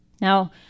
Now